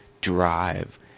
drive